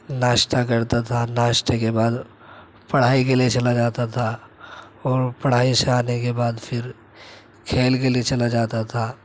ناشتہ کرتا تھا ناشتے کے بعد پڑھائی کے لئے چلا جاتا تھا اور پڑھائی سے آنے کے بعد پھر کھیل کے لئے چلا جاتا تھا